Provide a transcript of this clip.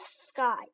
sky